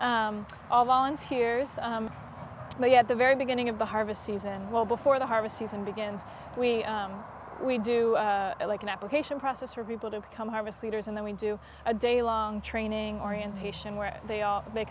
all volunteers and they have the very beginning of the harvest season well before the harvest season begins we we do like an application process for people to come harvest leaders and then we do a day long training orientation where they are they